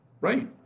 right